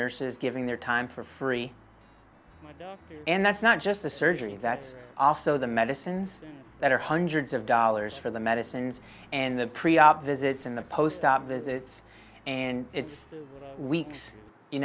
nurses giving their time for free and that's not just the surgery that's also the medicines that are hundreds of dollars for the medicines and the pre op visits and the post op visits and it's weeks you